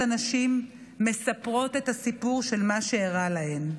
הנשים מספרות את הסיפור של מה שאירע להן.